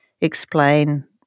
explain